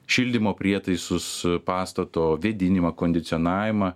šildymo prietaisus pastato vėdinimą kondicionavimą